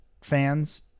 fans